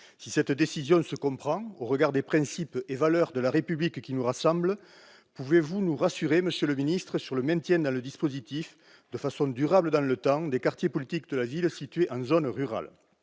Si cette décision se comprend au regard des principes et valeurs de la République qui nous rassemblent, pouvez-vous nous rassurer, monsieur le ministre, sur le maintien dans le dispositif, de façon durable dans le temps, des quartiers politique de la ville situés en zones rurales ?